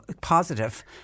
positive